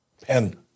pen